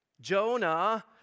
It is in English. Jonah